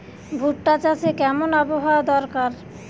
ভুট্টা চাষে কেমন আবহাওয়া দরকার?